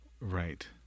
Right